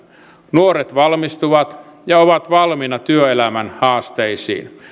nuoret valmistuvat ja ovat valmiina työelämän haasteisiin